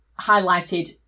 highlighted